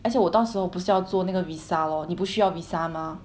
而且我到时候我不是要做那个 visa lor 你不需要 visa mah